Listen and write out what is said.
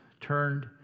turned